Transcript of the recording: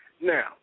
Now